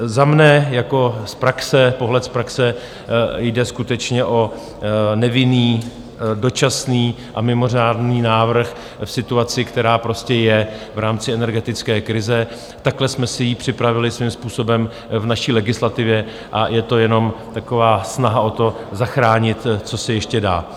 Za mne jako pohled z praxe jde skutečně o nevinný dočasný a mimořádný návrh v situaci, která prostě je v rámci energetické krize, takhle jsme si ji připravili svým způsobem v naší legislativě a je to jenom taková snaha o to, zachránit, co se ještě dá.